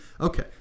Okay